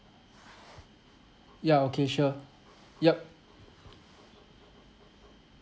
ya okay sure yup